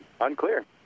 Unclear